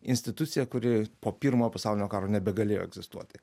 institucija kuri po pirmojo pasaulinio karo nebegalėjo egzistuoti